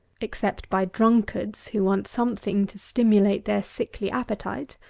except by drunkards, who want something to stimulate their sickly appetite.